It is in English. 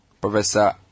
Professor